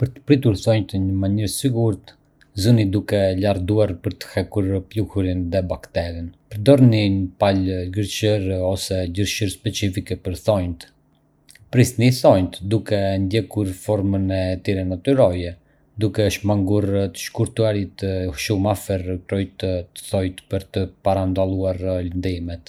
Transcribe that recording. Për të pritur thonjtë në mënyrë të sigurt, filloni duke larë duar për të hequr pluhurin dhe bakteret. Përdorni një palë gërshërë ose gërshërë specifike për thonjtë. Prisni thonjtë duke ndjekur formën e tyre natyrore, duke shmangur të shkuarit shumë afër kreut të thoit për të parandaluar lëndimet.